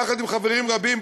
יחד עם חברים רבים,